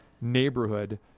neighborhood